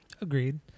Agreed